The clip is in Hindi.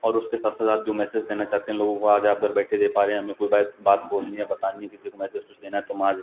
और उसके साथ साथ आप जो मैसेज देना चाहते हैं लोगों को आज आप घर बैठे दे पा रहे हैं हमें कोई बात बोलनी या बतानी है किसी को मैसेज कुछ देना है तो हम आज